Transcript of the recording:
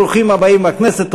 ברוכים הבאים לכנסת,